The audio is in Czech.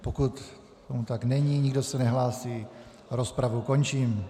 Pokud tomu tak není, nikdo se nehlásí, rozpravu končím.